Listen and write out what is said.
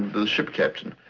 the ship captain.